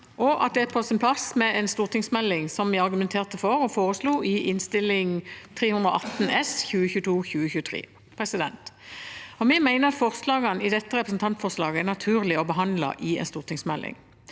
og at det er på sin plass med en stortingsmelding, slik som vi argumenterte for og foreslo i Innst. 318 S for 2022–2023. Vi mener at forslagene i dette representantforslaget er naturlige å behandle i en stortingsmelding.